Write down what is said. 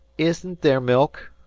isn't there milk?